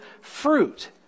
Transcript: fruit